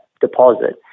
deposit